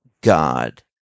God